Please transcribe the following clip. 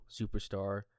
superstar